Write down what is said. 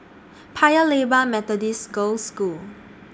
Paya Lebar Methodist Girls' School